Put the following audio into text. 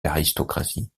l’aristocratie